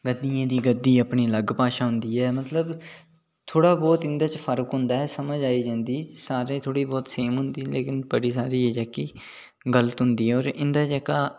गद्दियें दी गद्दी अपनी अलग भाशा होंदी ऐ मतलब थोह्ड़ा बहुत इं'दे च फर्क होंदा ऐ समझ आई जंदी सारे थोह्ड़ी बहुत सेम होंदी लेकिन बड़ी सारी ऐ जेह्की गलत होंदी ऐ होर इं'दा जेह्का